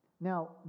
Now